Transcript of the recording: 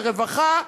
ורווחה,